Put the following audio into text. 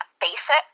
basic